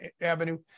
avenue